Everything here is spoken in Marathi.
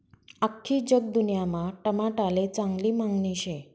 आख्खी जगदुन्यामा टमाटाले चांगली मांगनी शे